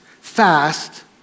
fast